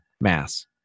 mass